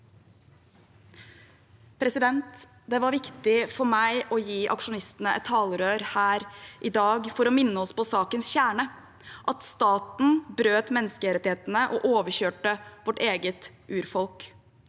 må.» Det var viktig for meg å gi aksjonistene et talerør her i dag, for å minne oss på sakens kjerne: at staten brøt menneskerettighetene og overkjørte vårt eget urfolk.